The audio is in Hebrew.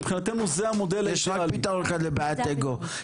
מבחינתנו זה המודל --- יש פתרון אחד לבעיית אגו,